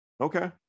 Okay